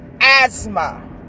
asthma